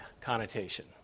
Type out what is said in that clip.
connotation